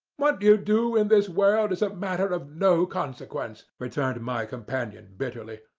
what you do in this world is a matter of no consequence, returned my companion, bitterly.